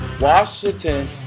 Washington